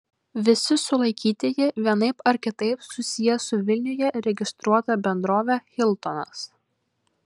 visi sulaikytieji vienaip ar kitaip susiję su vilniuje registruota bendrove hiltonas